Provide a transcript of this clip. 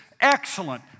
excellent